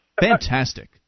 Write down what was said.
Fantastic